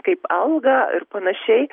kaip algą ir panašiai